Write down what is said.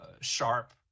sharp